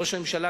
ראש הממשלה,